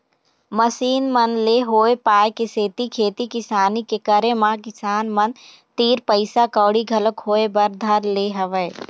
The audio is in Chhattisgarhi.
मसीन मन ले होय पाय के सेती खेती किसानी के करे म किसान मन तीर पइसा कउड़ी घलोक होय बर धर ले हवय